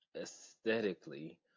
aesthetically